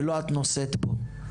ולא את נושאת בו.